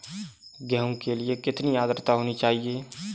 गेहूँ के लिए कितनी आद्रता होनी चाहिए?